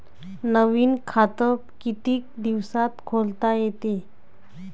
नवीन खात कितीक दिसात खोलता येते?